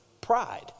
pride